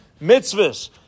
mitzvahs